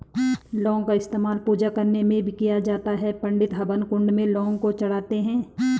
लौंग का इस्तेमाल पूजा करने में भी किया जाता है पंडित हवन कुंड में लौंग को चढ़ाते हैं